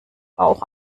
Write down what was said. auch